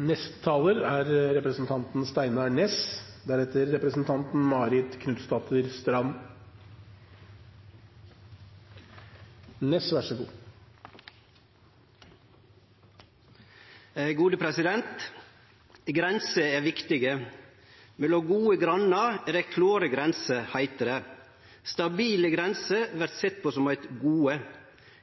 neste tre årene. Grenser er viktige. Mellom gode grannar er det klare grenser, heiter det. Stabile grenser vert sett på som eit gode.